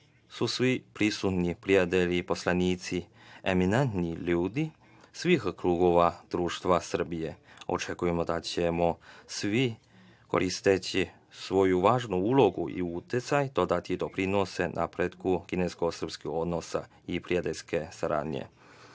su svi prisutni prijatelji poslanici eminentni ljudi svih klubova društva Srbije. Očekujemo da ćemo svi, koristeći svoju važnu ulogu i uticaj, dodati doprinosu napretku kinesko-srpskog odnosa i prijateljske saradnje.